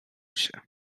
się